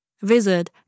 Visit